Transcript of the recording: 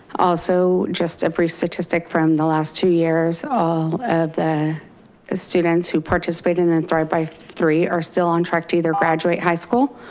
also, just a brief statistic from the last two years, all of the students who participate in and thrive by three are still on track to either graduate high school,